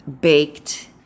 baked